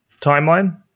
timeline